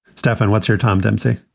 stefan, what's your tom dempsey?